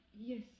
Yes